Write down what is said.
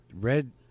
Red